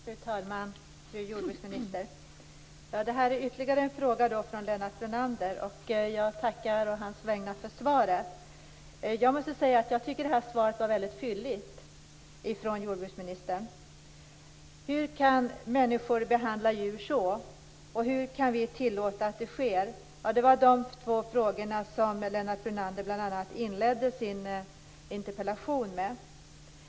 Fru talman! Fru jordbruksminister! Detta är ytterligare en fråga från Lennart Brunander. Jag tackar å hans vägnar för svaret. Jag tycker att svaret från jordbruksministern var fylligt. Hur kan människor behandla djur så? Hur kan vi tillåta att det sker? Det var de två frågorna som Lennart Brunander inledde sin interpellation med.